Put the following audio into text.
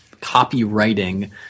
copywriting